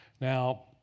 Now